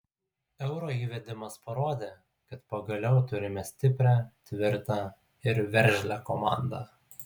euro įvedimas parodė kad pagaliau turime stiprią tvirtą ir veržlią komandą